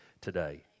today